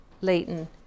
Leighton